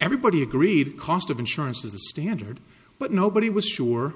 everybody agreed cost of insurance was the standard but nobody was sure